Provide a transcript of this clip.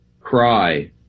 cry